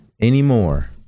anymore